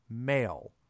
male